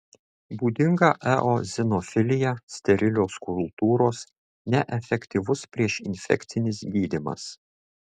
būdinga eozinofilija sterilios kultūros neefektyvus priešinfekcinis gydymas